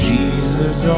Jesus